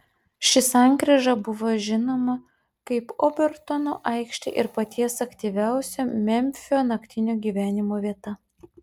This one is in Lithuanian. ši sankryža buvo žinoma kaip obertono aikštė ir paties aktyviausio memfio naktinio gyvenimo vieta